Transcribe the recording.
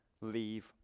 leave